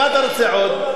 זה רק בכפרים.